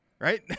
right